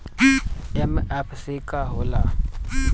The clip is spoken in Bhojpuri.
एम.एफ.सी का हो़ला?